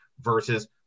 versus